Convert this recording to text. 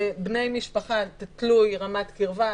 בני משפחה זה תלוי ברמת הקרבה,